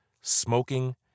smoking